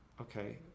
okay